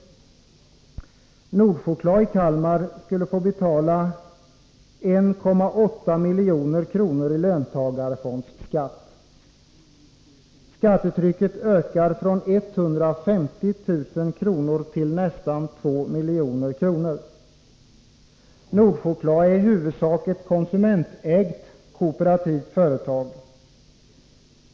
Nordchoklad i Kalmar skulle få betala 1,8 milj.kr. i löntagarfondsskatt. Skattetrycket ökar från 150 000 kr. till nästan 2 milj.kr. Nordchoklad är i huvudsak ett konsumentägt kooperativt företag.